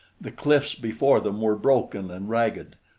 the cliffs before them were broken and ragged,